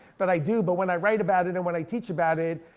but i do. but when i write about it, and when i teach about it,